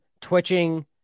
twitching